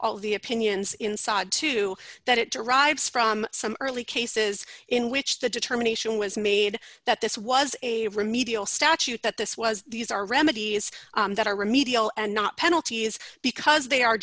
all the opinions inside too that it derives from some early cases in which the determination was made that this was a remedial statute that this was these are remedies that are remedial and not penalties because they are